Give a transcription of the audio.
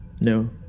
No